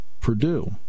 Purdue